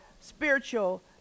spiritual